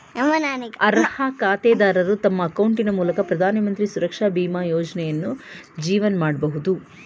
ಅರ್ಹ ಖಾತೆದಾರರು ತಮ್ಮ ಅಕೌಂಟಿನ ಮೂಲಕ ಪ್ರಧಾನಮಂತ್ರಿ ಸುರಕ್ಷಾ ಬೀಮಾ ಯೋಜ್ನಯನ್ನು ಜೀವನ್ ಮಾಡಬಹುದು